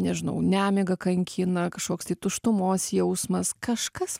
nežinau nemiga kankina kažkoks tai tuštumos jausmas kažkas